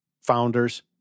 founders